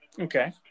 okay